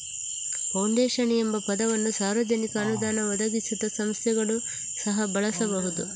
foundation ಎಂಬ ಪದವನ್ನು ಸಾರ್ವಜನಿಕ ಅನುದಾನ ಒದಗಿಸದ ಸಂಸ್ಥೆಗಳು ಸಹ ಬಳಸಬಹುದು